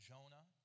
Jonah